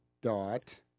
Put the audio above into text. dot